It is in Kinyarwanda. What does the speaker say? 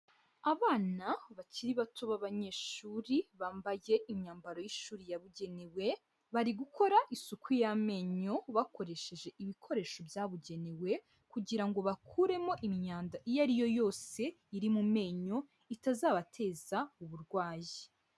Abana bakiri bato b'abanyeshuri bambaye imyambaro y'ishuri yabugenewe, bari gukora isuku y'amenyo bakoresheje ibikoresho byabugenewe kugira ngo bakuremo imyanda iyo ari yo yose iri mu menyo itazabateza uburwayi.